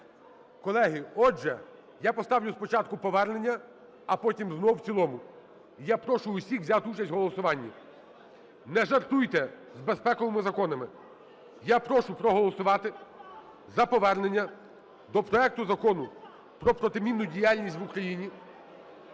Колеги, отже, я поставлю спочатку повернення, а потім знову в цілому. Я прошу всіх взяти участь в голосуванні. Не жартуйте з безпековими законами. Я прошу проголосувати за повернення до проекту Закону про протимінну діяльність в Україні.